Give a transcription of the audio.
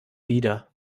wieder